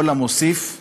כל המוסיף גורע.